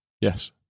Yes